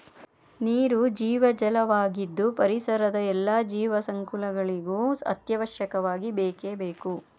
ನೀರು ಜೀವಜಲ ವಾಗಿದ್ದು ಪರಿಸರದ ಎಲ್ಲಾ ಜೀವ ಸಂಕುಲಗಳಿಗೂ ಅತ್ಯವಶ್ಯಕವಾಗಿ ಬೇಕೇ ಬೇಕು